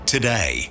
Today